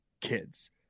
kids